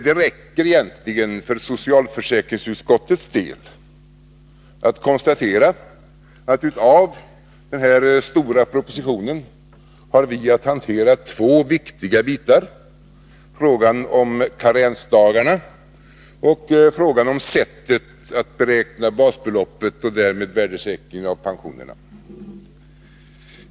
Det räcker egentligen för socialförsäkringsutskottets del att konstatera att av den här stora propositionen har vi att hantera två viktiga bitar: frågan om karensdagarna och frågan om sättet att beräkna basbeloppet och därmed värdesäkringen av pensionerna.